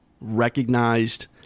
recognized